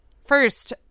First